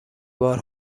بار